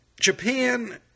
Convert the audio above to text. Japan